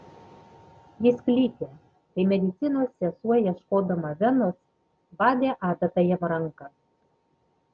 jis klykė kai medicinos sesuo ieškodama venos badė adata jam ranką